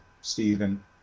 Stephen